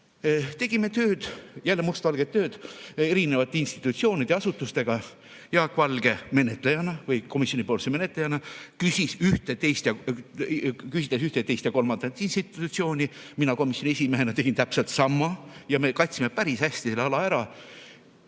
Tegime tööd, jälle mustvalget tööd, eri institutsioonide ja asutustega. Jaak Valge menetlejana komisjonis küsitles ühte, teist ja kolmandat institutsiooni. Mina komisjoni esimehena tegin täpselt sama. Ja me katsime päris hästi selle ala